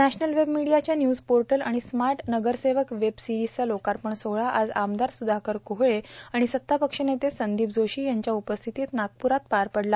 national web मीडियाच्या news portal आणि smart नगरसेवक वेब सीरिजचा लोकार्पण सोहळा आज आमदार सुधाकर कोहळे आणि सत्तापक्ष नेते संदीप जोशी यांच्या उपस्थितीत पार पडला